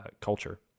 culture